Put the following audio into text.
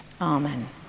Amen